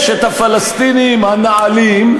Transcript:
יש הפלסטינים הנעלים,